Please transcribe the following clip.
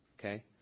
Okay